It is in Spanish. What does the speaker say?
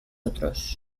otros